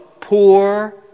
poor